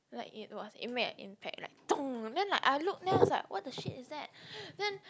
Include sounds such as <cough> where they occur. like it was it made an impact like <noise> then like I look then I was like what the shit is that then